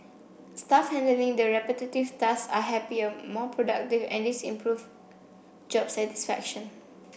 staff handling the repetitive tasks are happier more productive and this improve job satisfaction